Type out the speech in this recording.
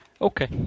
Okay